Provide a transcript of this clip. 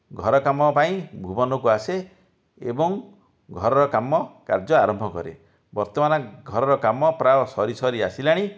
ଘର କାମ ପାଇଁ ଭୁବନକୁ ଆସେ ଏବଂ ଘରର କାମ କାର୍ଯ୍ୟ ଆରମ୍ଭ କରେ ବର୍ତ୍ତମାନ ଘରର କାମ ପ୍ରାୟ ସରି ସରି ଆସିଲାଣି